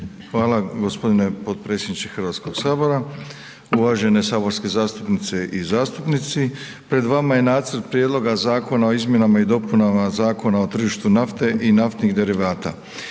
Hvala gospodine potpredsjedniče Hrvatskoga sabora, uvažene saborske zastupnice i zastupnici. Pred vama je Nacrt prijedloga zakona o Izmjenama i dopunama Zakona o tržištu nafte i naftnih derivata.